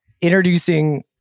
introducing